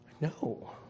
no